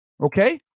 okay